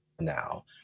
now